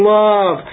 love